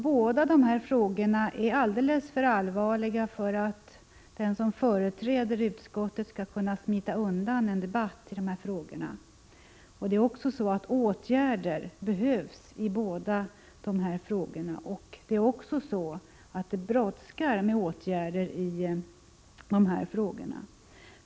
Båda de här frågorna är alldeles för allvarliga för att den som företräder utskottet skall kunna smita undan en debatt om dem. Dessutom brådskar det med åtgärder på dessa två områden.